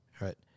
right